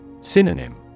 Synonym